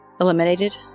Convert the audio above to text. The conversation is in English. eliminated